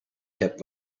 kept